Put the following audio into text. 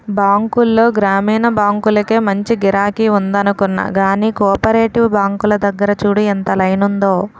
బాంకుల్లో గ్రామీణ బాంకులకే మంచి గిరాకి ఉందనుకున్నా గానీ, కోపరేటివ్ బాంకుల దగ్గర చూడు ఎంత లైనుందో?